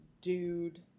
dude